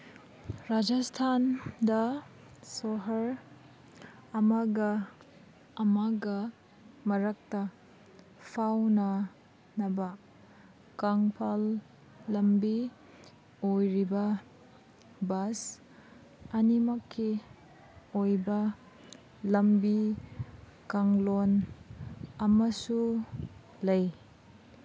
ꯔꯥꯖꯁꯊꯥꯟꯗ ꯁꯣꯍꯔ ꯑꯃꯒ ꯑꯃꯒ ꯃꯔꯛꯇ ꯐꯥꯎꯅꯅꯕ ꯀꯪꯐꯥꯜ ꯂꯝꯕꯤ ꯑꯣꯏꯔꯤꯕ ꯕꯁ ꯑꯅꯤꯃꯛꯀꯤ ꯑꯣꯏꯕ ꯂꯝꯕꯤ ꯀꯥꯡꯂꯣꯟ ꯑꯃꯁꯨ ꯂꯩ